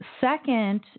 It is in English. Second